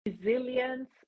resilience